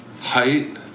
Height